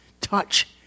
touch